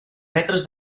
metres